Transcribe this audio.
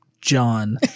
John